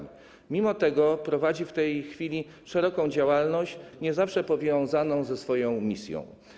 Mimo to prowadzi w tej chwili szeroką działalność nie zawsze powiązaną ze swoją misją.